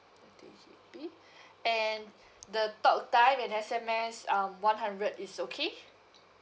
twenty G_B and the talk time and S_M_S um one hundred is okay